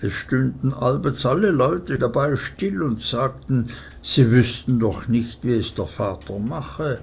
es stünden allbets alle leute dabei still und sagten sie wüßten doch nicht wie es der vater auch mache